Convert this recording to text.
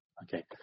Okay